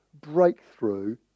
breakthrough